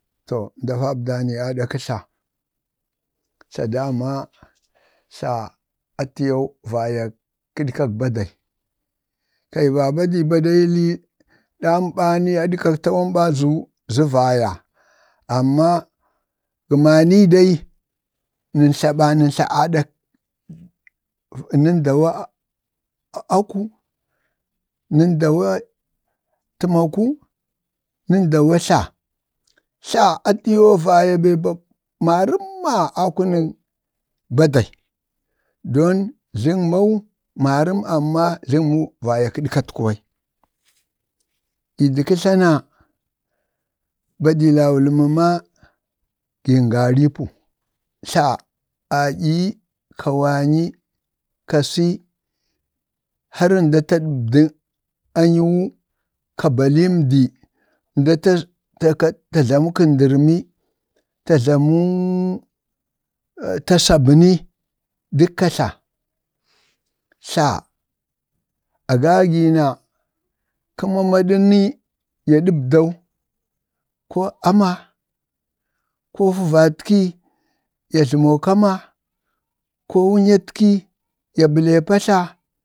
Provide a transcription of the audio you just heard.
to əmda vabdani aɗak kə tla tla atiyau vayak kaɗkak badai ɗan ɓani koo tawan ɓani zə vaya, amma gəna nii dai nən tla ɓa nən tla aɗak dawa, nəndawu aku, nandawu təmaku, nən dawu tla, tla atiyoo vaya maramma akunək badai don tləgmau maram amma tlagmau vayak kəɗkatku ɓai, gi əndi kə tla na badai laulu mama tla a ɗyiyi, ka wanyi ka si nda ta tlami ka balii ndi ta tlamau kəndarɓu, ta tlamu ta sabəni dəkka tla, tla a gagi na kə mamaɗə ni ya ɗəbdau koo ama, koo fəvatki ya tlamoo patla koo wunyatki ya baloo patla,